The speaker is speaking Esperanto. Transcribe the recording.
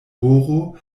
horo